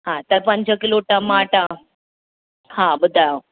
हा त पंज किलो टमाटा हा ॿुधायो